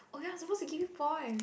okay I suppose to give you point